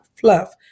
fluff